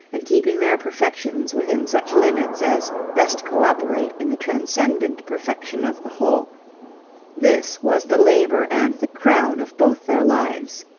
and keeping their perfections within such limits as best co-operate in the transcendent perfection of the whole this was the labour and the crown of both their lives.